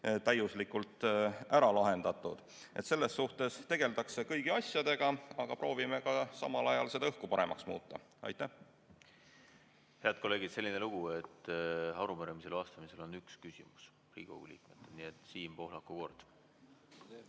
täiuslikult ära lahendatud. Selles suhtes tegeldakse kõigi asjadega, aga proovime samal ajal ka õhku paremaks muuta. Head kolleegid! Selline lugu, et arupärimisele vastamisel on ainult üks küsimus Riigikogu liikmel.